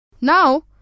Now